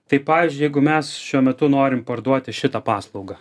tai pavyzdžiui jeigu mes šiuo metu norim parduoti šitą paslaugą